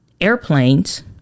airplanes